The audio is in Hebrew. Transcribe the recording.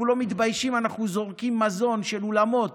אנחנו לא מתביישים, אנחנו זורקים מזון של אולמות,